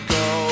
go